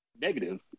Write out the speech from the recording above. negative